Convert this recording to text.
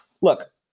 look